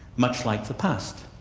much like the past.